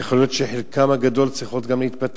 יכול להיות שחלקן הגדול צריכות להתפטר,